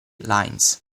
lines